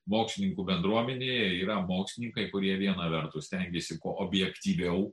mokslininkų bendruomenėje yra mokslininkai kurie viena vertus stengėsi kuo objektyviau